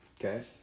Okay